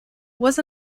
was